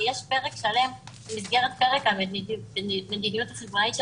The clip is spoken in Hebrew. יש פרק שלם במסגרת פרק המדיניות --- של